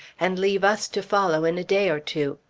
and leave us to follow in a day or two.